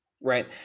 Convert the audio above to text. right